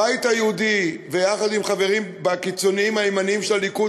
הבית היהודי ביחד עם חברים קיצוניים ימניים של הליכוד,